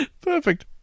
Perfect